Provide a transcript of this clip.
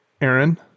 aaron